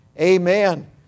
Amen